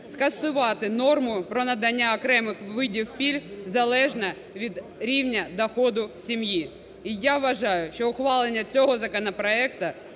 скасувати норму про надання окремих видів пільг залежно від рівня доходу сім'ї. І я вважаю, що ухвалення цього законопроекту